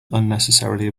unnecessarily